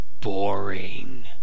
boring